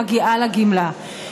מגיעה לה גמלה.